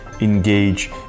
engage